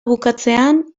bukatzean